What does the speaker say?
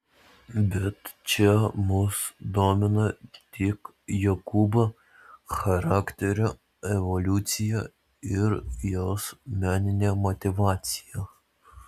bet čia mus domina tik jokūbo charakterio evoliucija ir jos meninė motyvacija